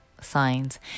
signs